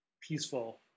peaceful